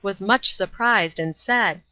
was much surprised and said